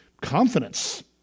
confidence